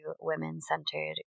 women-centered